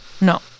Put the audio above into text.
No